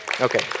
Okay